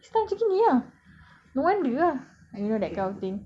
so if kau react wrongly people macam oh orang islam macam ini lah